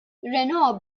reno